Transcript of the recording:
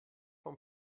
von